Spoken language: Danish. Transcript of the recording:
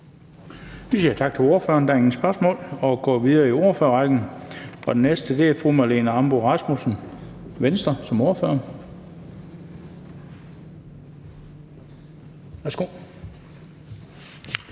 Vi siger tak til ordføreren. Der er ingen spørgsmål, så vi går videre i ordførerrækken. Den næste er fru Marlene Ambo-Rasmussen, Venstre, som ordfører. Værsgo.